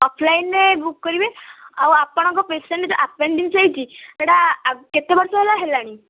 ଅଫଲାଇନ୍ରେ book କରିବେ ଆଉ ଆପଣଙ୍କ ପେସେଣ୍ଟ ଯୋଉ ଆପେଣ୍ଡିକ୍ସ ହେଇଛି ସେଟା ଆ କେତେବର୍ଷ ହେଲା ହେଲାଣି